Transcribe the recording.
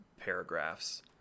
paragraphs